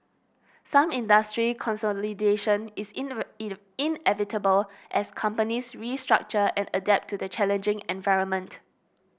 some industry consolidation is inevitable as companies restructure and adapt to the challenging environment